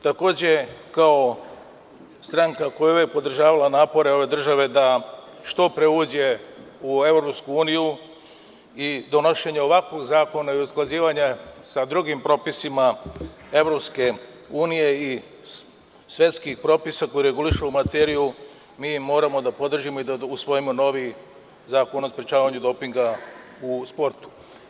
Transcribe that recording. Takođe, kao stranka koja je uvek podržavala napore ove države da što pre uđe u EU i donošenje ovakvog zakona i usklađivanje sa drugim propisima EU i svetskih propisa koji regulišu materiju, mi moramo da podržimo i usvojimo novi zakon o sprečavanju dopinga u sportu.